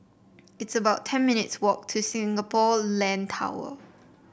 it's about ten minutes' walk to Singapore Land Tower